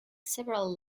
several